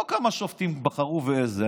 לא כמה שופטים בחרו ואיזה.